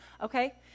okay